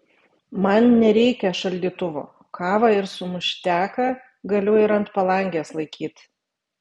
man nereikia šaldytuvo kavą ir sumušteką galiu ir ant palangės laikyt